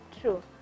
true